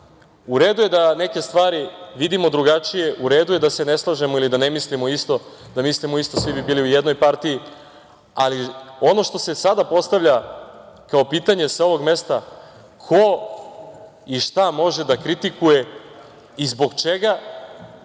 U redu je da neke stvari vidimo drugačije, u redu je da se ne slažemo ili da ne mislimo isto, da mislimo isto svi bi bili u jednoj partiji, ali ono što se sada postavlja kao pitanje sa ovog mesta - ko i šta može da kritikuje i zbog čega,